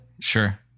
Sure